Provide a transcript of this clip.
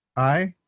aye.